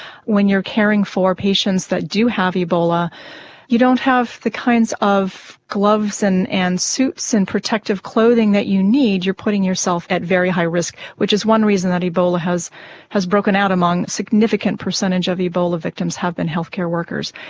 when you are caring for patients that do have ebola and you don't have the kinds of gloves and and suits and protective clothing that you need, you are putting yourself at very high risk, which is one reason that ebola has has broken out among, a significant percentage of ebola victims have been healthcare workers.